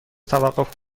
توقف